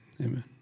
Amen